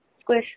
Squish